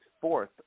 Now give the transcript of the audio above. fourth